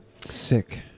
Sick